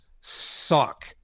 suck